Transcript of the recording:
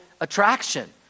attraction